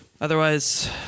Otherwise